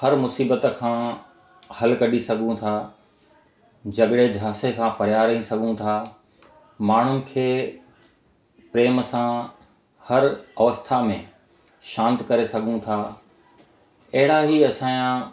हर मुसीबत खां हल कढी सघूं था झगड़े झांसे खां परियां रही सघूं था माण्हुनि खे प्रेम सां हर अवस्था में शांति करे सघूं था अहिड़ा ई असांजा